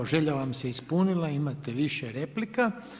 Evo, želja vam se ispunila, imate više replika.